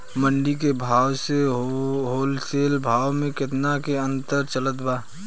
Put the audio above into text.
मंडी के भाव से होलसेल भाव मे केतना के अंतर चलत बा?